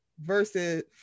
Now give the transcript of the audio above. versus